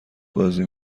بازی